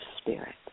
spirit